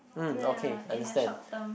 ya in a short term